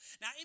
Now